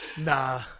Nah